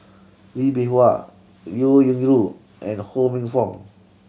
Lee Bee Wah Liao Yingru and Ho Minfong